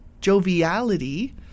joviality